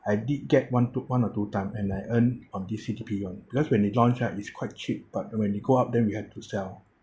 I did get one two one or two time and I earn on this C_T_P only because when it launched right it's quite cheap but when it go up then we have to sell